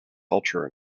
culture